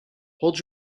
hold